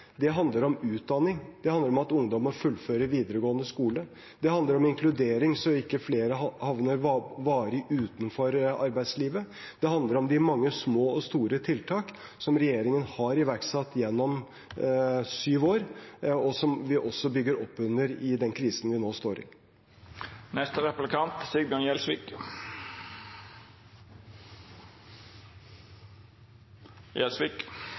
Det handler om utdanning, at ungdom må fullføre videregående skole. Det handler om inkludering, slik at ikke flere havner varig utenfor arbeidslivet. Det handler om de mange små og store tiltak som regjeringen har iverksatt gjennom syv år, og som vi bygger opp under i den krisen vi nå står